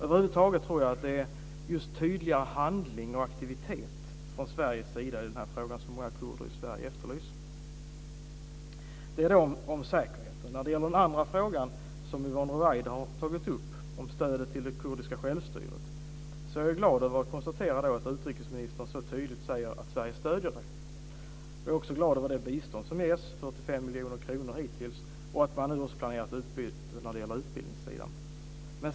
Över huvud taget tror jag att just tydligare handling och aktivitet från Sveriges sida i den här frågan är vad många kurder i Sverige efterlyser. Detta var frågan om säkerheten. När det gäller den andra frågan som Yvonne Ruwaida har tagit upp, stödet till det kurdiska självstyret, är jag glad att kunna konstatera att utrikesministern så tydligt säger att Sverige stöder detta. Jag är också glad över det bistånd som ges, 45 miljoner kronor hittills, och att man nu också planerar ett utbyte på utbildningssidan.